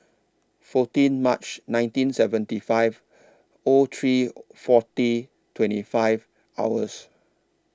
fourteen March nineteen seventy five O three forty twenty five hours